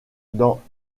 dans